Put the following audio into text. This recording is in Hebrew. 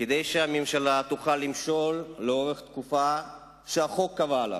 כדי שהממשלה תוכל למשול לאורך התקופה שהחוק קבע לה.